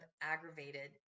aggravated